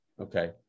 Okay